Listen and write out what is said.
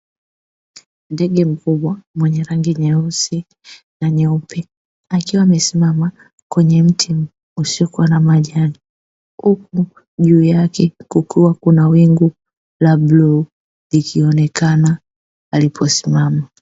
Ndege mkubwa mwenye rangi nyeusi na nyeupe, akiwa amesimama kwenye mti usio kuwa na majani, huku juu yake kukiwa na wingu la bluu likionekana aliposimama.